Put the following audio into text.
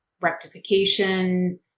rectification